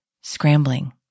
scrambling